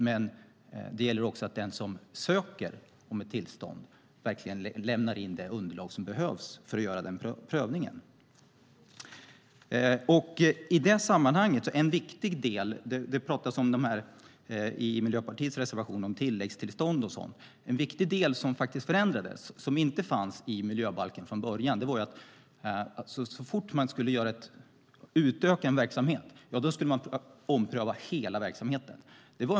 Men det gäller också att den som söker ett tillstånd verkligen lämnar in det underlag som behövs för prövningen. I Miljöpartiets reservation skriver man om tilläggstillstånd och sådant. En viktig del fanns från början inte med i miljöbalken. Så fort en verksamhet skulle utökas skulle nämligen hela verksamheten omprövas.